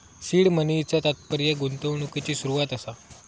seed मनीचा तात्पर्य गुंतवणुकिची सुरवात असा